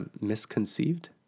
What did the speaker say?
misconceived